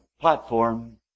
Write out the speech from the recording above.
platform